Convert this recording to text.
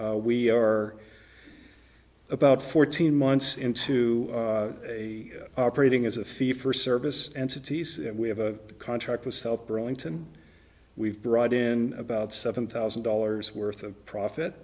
e we are about fourteen months into a operating as a fee for service entities and we have a contract with health brewington we've brought in about seven thousand dollars worth of profit